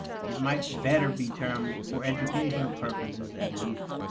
it might better be termed, for educational purposes at least,